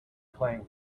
playing